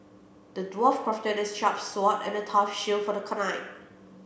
the dwarf crafted a sharp sword and a tough shield for the